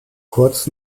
kurz